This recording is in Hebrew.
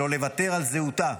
שלא לוותר על זהותה.